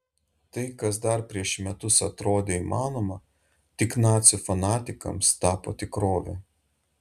tai kas dar prieš metus atrodė įmanoma tik nacių fanatikams tapo tikrove